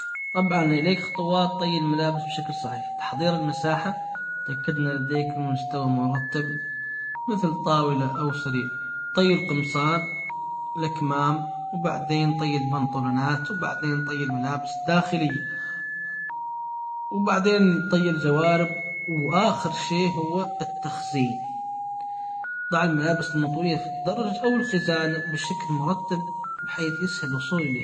طبعا اليك خطوات طي الملابس بشكل صحيح تحضير المساحة تأكد ان لديك مستوى مرتب مثل طاولة او سرير طي القمصان الأكمام وبعدين طي البنطلونات وبعدين طي الملابس الداخلية وبعدين طي الجوارب واخر شيء هو التخزين ضع الملابس المطوية في الدرج او الخزانه بشكل مرتب بحيث يسهل الوصول اليها.